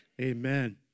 amen